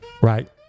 right